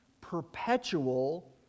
perpetual